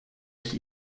ich